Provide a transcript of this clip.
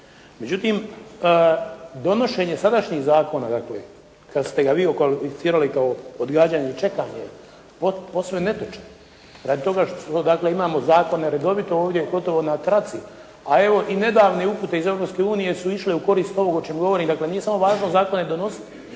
Međutim, donošenje sadašnjih zakona dakle kada ste ga vi okvalificirali kao odgađanje čekanja posve je netočan, radi toga što dakle imamo zakone redovito ovdje na traci, a evo i nedavne upute iz Europske unije su išle u korist ovog o čemu govorim. Dakle, nije samo važno zakone donositi,